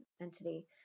entity